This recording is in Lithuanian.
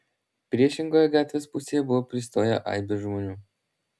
priešingoje gatvės pusėje buvo pristoję aibės žmonių